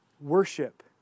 Worship